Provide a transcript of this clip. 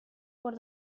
por